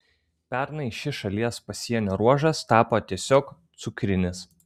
pernai šis šalies pasienio ruožas tapo tiesiog cukrinis